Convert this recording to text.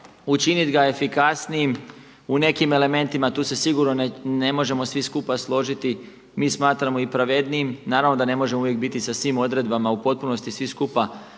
učiniti ga efikasnijim u nekim elementima. Tu se sigurno ne možemo svi skupa složiti. Mi smatramo i pravednijim. Naravno da ne možemo uvijek biti sa svim odredbama u potpunosti svi skupa